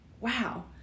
wow